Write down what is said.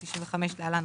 התשנ"ה 1995 (להלן,